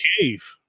cave